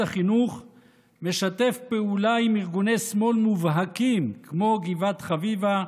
החינוך משתף פעולה עם ארגוני שמאל מובהקים כמו גבעת חביבה,